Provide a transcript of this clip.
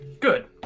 Good